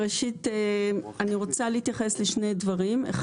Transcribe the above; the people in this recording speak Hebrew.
ראשית אני רוצה להתייחס לשני דברים, א'